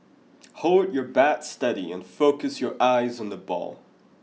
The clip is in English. hold your bat steady and focus your eyes on the ball